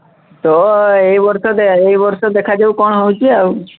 ତ ଏଇ ବର୍ଷ ଏଇ ବର୍ଷ ଦେଖା ଯାଉ କ'ଣ ହେଉଛି ଆଉ